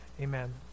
Amen